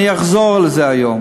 אני אחזור על זה היום.